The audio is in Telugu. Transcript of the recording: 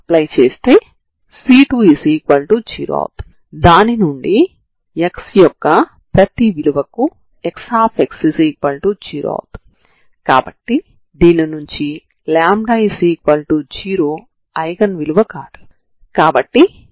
మీరు ప్రతి పరిష్కారాన్ని ఈ డొమైన్ లోపలే పొందుతారు ఎందుకంటే ఇది పరిష్కారం కోసం ప్రభావాన్ని చూపే డొమైన్ కాబట్టి ఇది మీరు గా పరిగణించే డొమైన్ మరియు పరిష్కారాన్ని పొందడానికి మీరు దీనిని సమాకలనం చేయబోతున్నారు